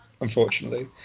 unfortunately